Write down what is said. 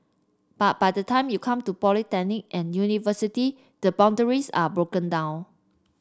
but by the time you come to polytechnic and university the boundaries are broken down